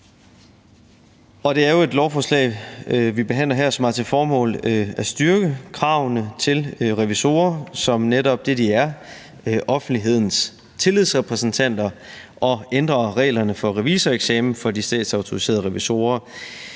Det lovforslag, vi behandler her, har jo til formål at styrke kravene til revisorer, som netop det, de er, nemlig offentlighedens tillidsrepræsentanter, og ændre reglerne for revisoreksamen for de statsautoriserede revisorer.